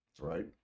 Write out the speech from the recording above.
Right